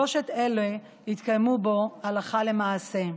שלוש אלה התקיימו בו הלכה למעשה.